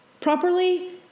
properly